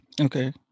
Okay